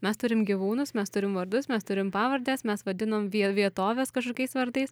mes turim gyvūnus mes turim vardus mes turim pavardes mes vadinam vie vietoves kažkokiais vardais